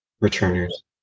Returners